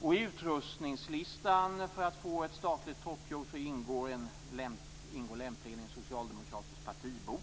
I utrustningslistan för att få ett statligt toppjobb ingår lämpligen en socialdemokratisk partibok.